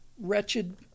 wretched